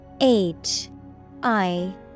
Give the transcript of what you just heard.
H-I-